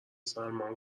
سلمان